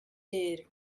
did